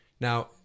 now